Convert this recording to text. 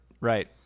right